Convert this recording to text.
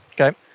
Okay